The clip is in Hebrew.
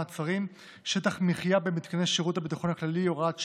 מעצרים) (שטח מחיה במתקני שירות הביטחון הכללי) (הוראת שעה),